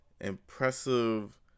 impressive